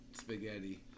spaghetti